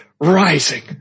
rising